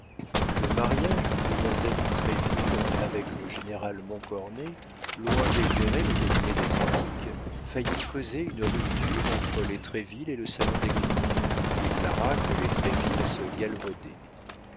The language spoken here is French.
le mariage d'une demoiselle de troisville avec le général montcornet loin d'éclairer le cabinet des antiques faillit causer une rupture entre les troisville et le salon d'esgrignon qui déclara que les troisville se